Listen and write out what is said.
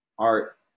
Art